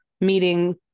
meeting